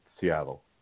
Seattle